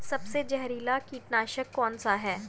सबसे जहरीला कीटनाशक कौन सा है?